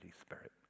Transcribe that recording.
Spirit